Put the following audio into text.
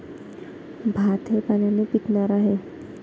भात हे पाण्याने पिकणारे पीक आहे